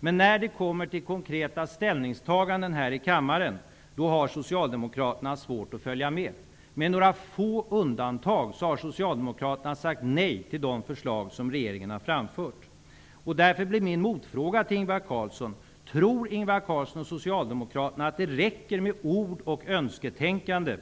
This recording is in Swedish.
Men när det kommer till konkreta ställningstaganden här i kammaren har Socialdemokraterna svårt att följa med. Med några få undantag har Socialdemokraterna sagt nej till de förslag som regeringen har framfört. Därför blir min motfråga till Ingvar Carlsson: Tror Ingvar Carlsson och Socialdemokraterna att det räcker med ord och önsketänkande